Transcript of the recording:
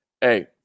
Hey